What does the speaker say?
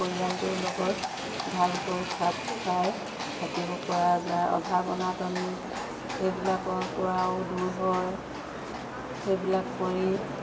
পৰিয়ালটোৰ লগত ভালকৈ খাপ খাই থাকিবপৰা যায় অভাৱ অনাাতন এইবিলাকৰপৰাও দূৰ হয় এইবিলাক কৰি